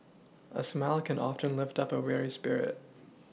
a smile can often lift up a weary spirit